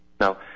now